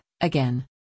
again